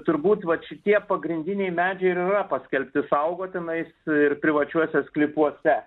turbūt vat šitie pagrindiniai medžiai ir yra paskelbti saugotinais ir privačiuose sklypuose